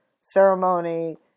ceremony